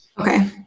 okay